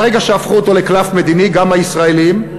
ברגע שהפכו אותו לקלף מדיני, גם הישראלים,